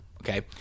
okay